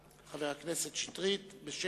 להודיע כי חבר הכנסת אלי אפללו ביקש